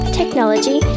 technology